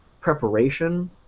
preparation